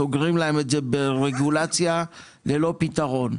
סוגרים להם את זה ברגולציה ללא פתרון.